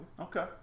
Okay